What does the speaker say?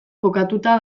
kokatuta